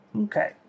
Okay